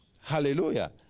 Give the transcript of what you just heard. Hallelujah